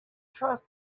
trust